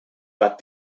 but